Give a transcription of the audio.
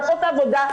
לעשות את העבודה,